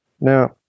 Now